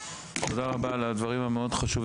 תודה רבה לך חבר הכנסת משה טור פז,